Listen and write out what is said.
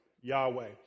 Yahweh